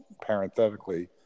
parenthetically